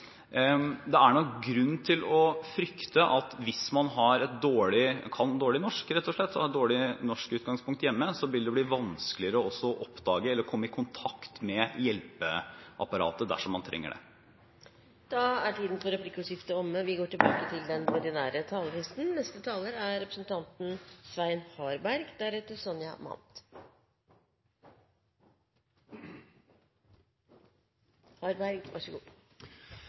Det er nok grunn til å frykte at hvis man kan norsk dårlig, rett og slett, og har dårlig norskutgangspunkt hjemme, så vil det bli vanskeligere også å oppdage eller komme i kontakt med hjelpeapparatet dersom man trenger det. Replikkordskiftet er omme. Regjeringens budsjett og forhandlingene mellom regjeringspartiene og Kristelig Folkeparti og Venstre her på Stortinget har gitt oss et meget godt budsjett for